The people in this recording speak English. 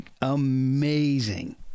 amazing